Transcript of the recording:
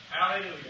Hallelujah